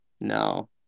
No